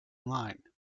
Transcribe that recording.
line